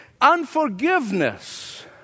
unforgiveness